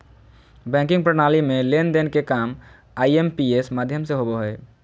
banking प्रणाली में लेन देन के काम आई.एम.पी.एस माध्यम से होबो हय